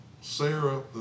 Sarah